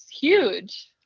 huge